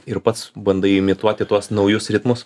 ir pats bandai imituoti tuos naujus ritmus